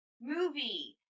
movie